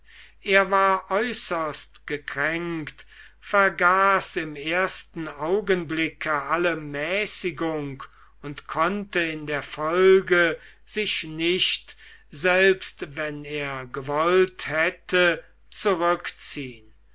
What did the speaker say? er war äußerst gekränkt vergaß im ersten augenblicke alle mäßigung und konnte in der folge sich nicht selbst wenn er gewollt hätte zurückziehn